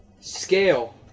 Scale